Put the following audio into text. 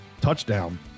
touchdown